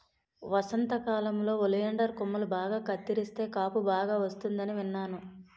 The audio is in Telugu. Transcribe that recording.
వసంతకాలంలో ఒలియండర్ కొమ్మలు బాగా కత్తిరిస్తే కాపు బాగా వస్తుందని విన్నాను